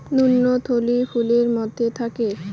ভ্রূণথলি ফুলের মধ্যে থাকে